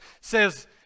says